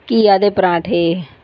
ਘੀਆ ਦੇ ਪਰਾਂਠੇ